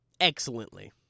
excellently